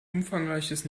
umfangreiches